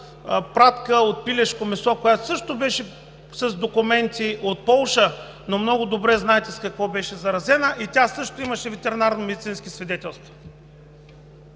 пратка от пилешко месо от Полша, която също беше с документи, но много добре знаете с какво беше заразена – тя също имаше ветеринарномедицински свидетелства.